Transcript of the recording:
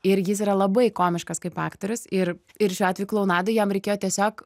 ir jis yra labai komiškas kaip aktorius ir ir šiuo atveju klounadai jam reikėjo tiesiog